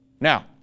now